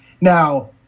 Now